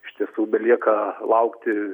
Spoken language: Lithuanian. iš tiesų belieka laukti